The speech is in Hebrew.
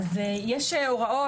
יש הוראות,